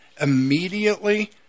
immediately